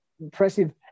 impressive